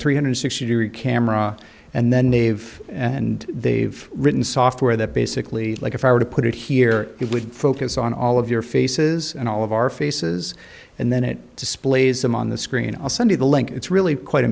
three hundred sixty degree camera and then they've and they've written software that basically like if i were to put it here it would focus on all of your faces and all of our faces and then it displays them on the screen i'll send you the link it's really quite